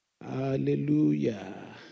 Hallelujah